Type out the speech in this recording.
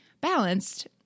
balanced